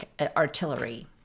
Artillery